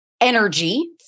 energy